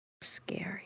scary